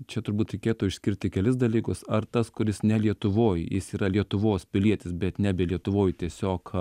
čia turbūt reikėtų išskirti kelis dalykus ar tas kuris ne lietuvoj jis yra lietuvos pilietis bet nebe lietuvoj tiesiog